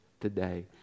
today